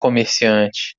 comerciante